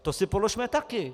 To si položme také!